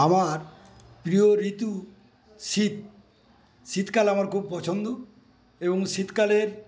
আমার প্রিয় ঋতু শীত শীতকাল আমার খুব পছন্দ এবং শীতকালের